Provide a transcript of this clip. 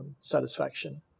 satisfaction